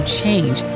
change